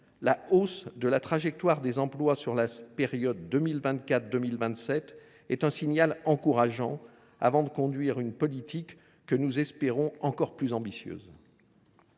La hausse de la trajectoire des emplois, pour la période allant de 2024 à 2027, est un signal encourageant, afin de conduire une politique que nous espérons encore plus ambitieuse.